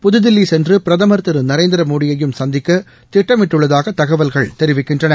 புதுதில்லி சென்று பிரதமர் திரு நரேந்திரமோடியையும் சந்திக்க திட்டமிட்டுள்ளதாக தகவல்கள் தெரிவிக்கின்றன